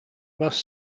bus